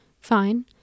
Fine